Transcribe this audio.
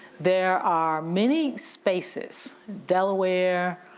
there are many spaces, delaware,